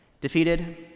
Defeated